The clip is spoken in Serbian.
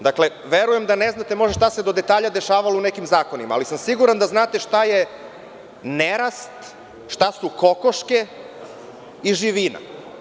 Dakle, verujem da ne znate možda do detalja šta se dešavalo u nekim zakonima, ali sam siguran da znate šta je nerast, šta su kokoške i živina.